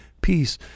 peace